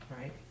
right